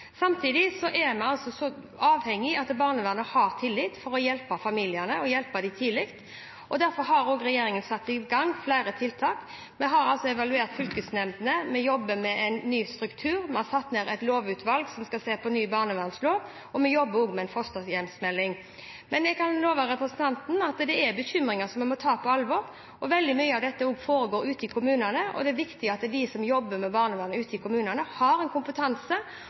Samtidig er vi avhengig av at barnevernet har tillit for å kunne hjelpe familiene tidlig, og derfor har regjeringen satt i gang flere tiltak. Vi har evaluert fylkesnemndene, vi jobber med en ny struktur, vi har satt ned et lovutvalg som skal se på ny barnevernslov, og vi jobber også med en fosterhjemsmelding. Jeg kan love representanten at dette er bekymringer som vi må ta på alvor. Veldig mye av dette foregår også ute i kommunene, og det er viktig at de som jobber med barnevernet ute i kommunene, har kompetanse